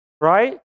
right